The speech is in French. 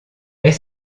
est